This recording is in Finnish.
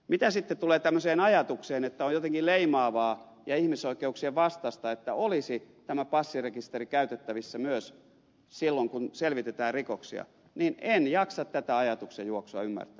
mitä sitten tulee tämmöiseen ajatukseen että on jotenkin leimaavaa ja ihmisoikeuksien vastaista että olisi tämä passirekisteri käytettävissä myös silloin kun selvitetään rikoksia niin en jaksa tätä ajatuksenjuoksua ymmärtää